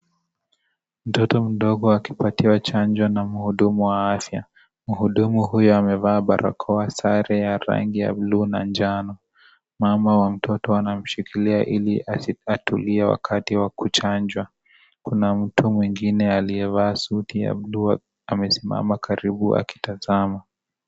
Mtoto mdogo akipatiwa chanjo na mhudumu wa afya. Mhudumu huyu amevaa barakoa, sare ya rangi ya bluu na njano. Mama wa mtoto anamshikilia ili atulie wakati wa kuchanjwa. Kuna mtu mwingine aliyevaa suti ya bluu amesimama karibu akitazama.